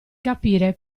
capire